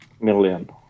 million